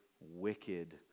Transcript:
wicked